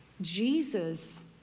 Jesus